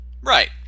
Right